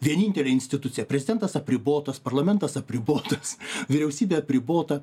vienintelė institucija prezidentas apribotas parlamentas apribotas vyriausybė apribota